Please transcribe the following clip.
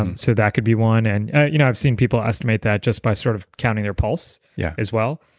um so, that could be one. and you know i've seen people estimate that just by sort of counting their pulse yeah as well,